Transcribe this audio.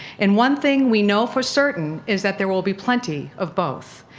and, one thing we know for certain is that there will be plenty of both.